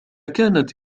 كانت